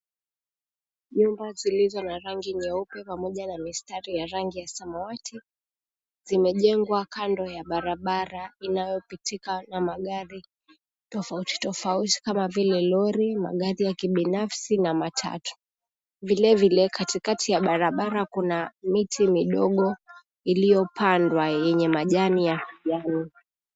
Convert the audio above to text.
Nyumba zilizo na rangi nyeupe pamoja na mistari ya rangi ya samawati, zimejengwa kando ya barabara inayopitika na magari tofauti tofauti kama vile lori, magari ya kibinafsi, na matatu. Vilevile, katikati ya barabara kuna miti midogo iliyopandwa yenye majani ya kijani.